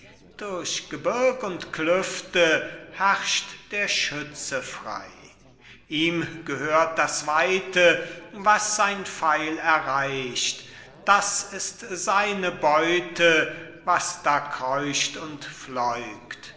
durch gebirg und klüfte herrscht der schütze frei ihm gehört das weite was sein pfeil erreicht das ist seine beute was da kreucht und